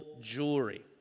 jewelry